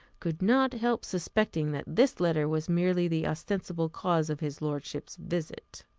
could not help suspecting that this letter was merely the ostensible cause of his lordship's visit.